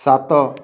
ସାତ